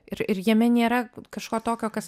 ir ir jame nėra kažko tokio kas